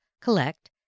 collect